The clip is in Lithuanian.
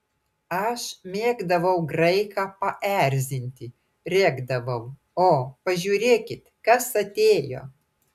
aš mėgdavau graiką paerzinti rėkdavau o pažiūrėkit kas atėjo